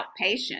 outpatient